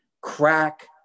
crack